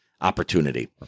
opportunity